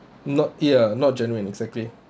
not ya not genuine exactly